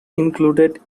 included